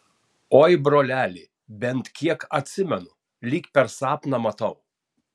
oi broleli bent kiek atsimenu lyg per sapną matau